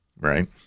right